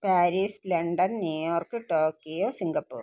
Paris London New York Tokyo Singapore